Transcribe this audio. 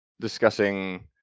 discussing